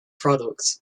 product